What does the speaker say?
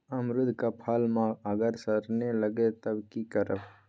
अमरुद क फल म अगर सरने लगे तब की करब?